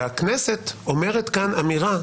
והכנסת אומרת כאן אמירה,